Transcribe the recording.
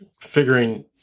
figuring